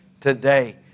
today